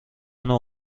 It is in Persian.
نوع